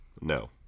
No